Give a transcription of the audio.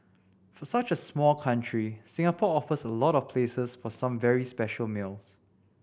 for such a small country Singapore offers a lot of places for some very special meals